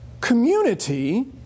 community